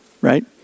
right